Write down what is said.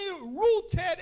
rooted